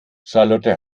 charlotte